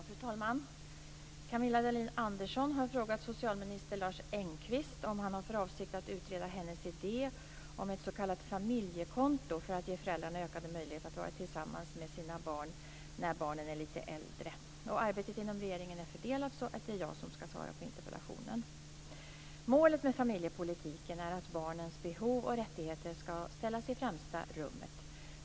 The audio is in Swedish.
Fru talman! Camilla Dahlin-Andersson har frågat socialminister Lars Engqvist om han har för avsikt att utreda hennes idé om ett s.k. familjekonto för att ge föräldrar ökade möjligheter att vara tillsammans med sina barn när barnen är lite äldre. Arbetet inom regeringen är fördelat så att det är jag som skall svara på interpellationen. Målet med familjepolitiken är att barnens behov och rättigheter skall ställas i främsta rummet.